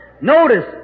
Notice